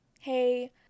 hey